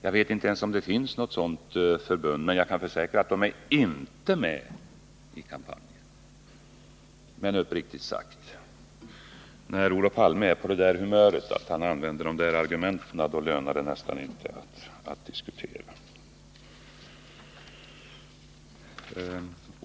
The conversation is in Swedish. Jag vet inte ens om det finns något sådant förbund, men jag kan försäkra att det inte är med i kampanjen. När Olof Palme är på det humöret att han använder sådana argument, lönar det sig nästan inte att diskutera med honom, uppriktigt sagt.